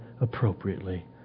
appropriately